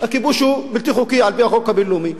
הכיבוש הוא בלתי חוקי על-פי החוק הבין-לאומי,